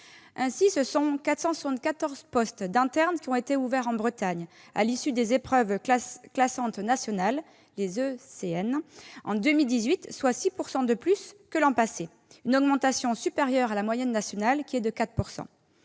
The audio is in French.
Ainsi, 474 postes d'interne ont été ouverts en Bretagne à l'issue des épreuves classantes nationales, les ECN, en 2018, soit 6 % de plus que l'an passé. C'est une augmentation supérieure à la moyenne nationale, qui est de 4 %.